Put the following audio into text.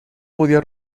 podía